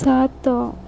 ସାତ